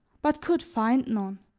but could find none